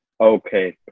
Okay